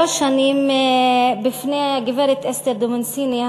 בפני הגברת אסתר דומיניסיני,